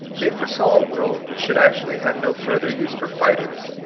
they foresaw a world which should actually have no further use for fighters,